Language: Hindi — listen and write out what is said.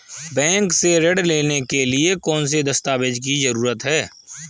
बैंक से ऋण लेने के लिए कौन से दस्तावेज की जरूरत है?